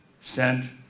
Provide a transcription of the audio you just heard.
send